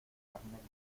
carnet